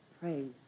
Praise